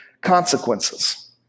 consequences